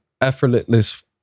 effortless